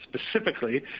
Specifically